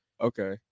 Okay